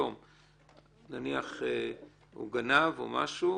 הוא גנב או משהו,